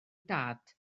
dad